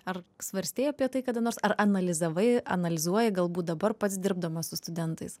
ar svarstei apie tai kada nors ar analizavai analizuoji galbūt dabar pats dirbdamas su studentais